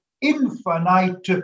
infinite